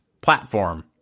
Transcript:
platform